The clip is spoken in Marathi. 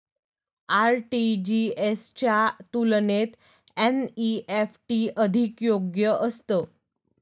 आर.टी.जी.एस च्या तुलनेत एन.ई.एफ.टी अधिक योग्य असतं